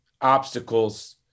obstacles